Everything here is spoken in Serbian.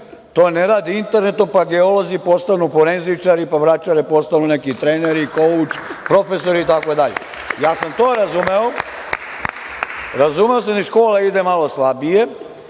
to ne rade internetom, pa geolozi postanu forenzičari, pa vračare postanu neki treneri, koučovi, profesori, itd. Ja sam to razumeo. Razumeo sam da im škola ide malo slabije,